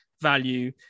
value